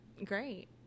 Great